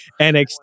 NXT